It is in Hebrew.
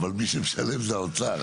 אבל, מי שמשלם זה האוצר.